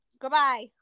Goodbye